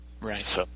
Right